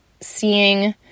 seeing